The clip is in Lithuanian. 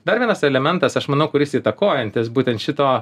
dar vienas elementas aš manau kuris įtakojantis būtent šito